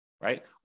right